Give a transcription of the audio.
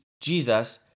Jesus